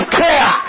care